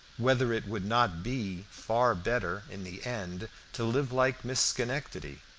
whether it would not be far better in the end to live like miss schenectady,